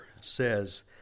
says